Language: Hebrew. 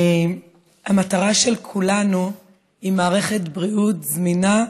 המטרה של כולנו היא מערכת בריאות זמינה,